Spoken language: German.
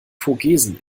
vogesen